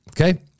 Okay